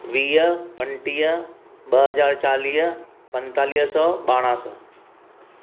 वीह पंटीह ॿ हज़ार चालीह पंजेतालीह सौ ॿारहां सौ